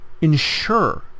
ensure